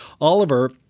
Oliver